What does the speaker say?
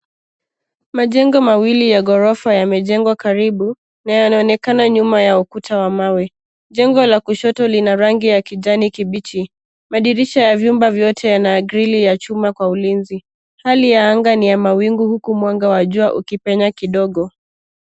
Majengo mawili ya ghorofa yamejengwa karibu na yanaonekana nyuma ya ukuta wa mawe. Jengo la kushoto lina rangi ya kijani kibichi. Madirisha ya vyumba vyote yana (cs)grill(cs) ya chuma kwa ulinzi. Hali ya anga ni ya mawingu huku mwanga wa jua ukipenya kidogo.